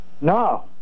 No